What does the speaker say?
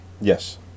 Yes